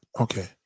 Okay